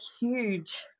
huge